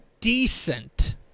decent